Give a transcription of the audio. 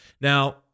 Now